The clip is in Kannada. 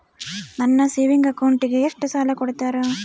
ನನ್ನ ಸೇವಿಂಗ್ ಅಕೌಂಟಿಗೆ ಎಷ್ಟು ಸಾಲ ಕೊಡ್ತಾರ?